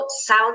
South